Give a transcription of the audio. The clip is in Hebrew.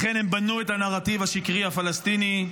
לכן הם בנו את הנרטיב הפלסטיני השקרי.